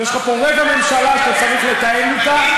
יש לך פה רבע ממשלה, שאתה צריך לתאם אתה.